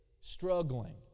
struggling